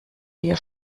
dir